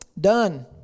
done